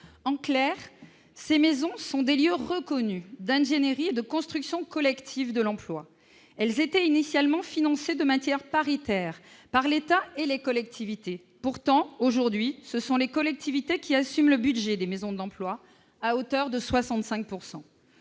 En clair, ces maisons sont des lieux reconnus d'ingénierie et de construction collective de l'emploi. Elles étaient initialement financées de manière paritaire par l'État et les collectivités. Pourtant, aujourd'hui, ce sont les collectivités qui assument le budget des maisons de l'emploi à hauteur de 65 %.